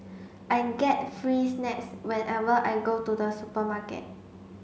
I get free snacks whenever I go to the supermarket